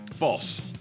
False